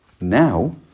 Now